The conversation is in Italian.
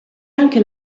anche